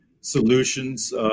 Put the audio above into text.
solutions